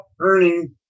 earning